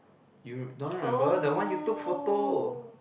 you don't remember that one you took photo